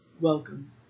welcome